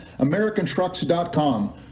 americantrucks.com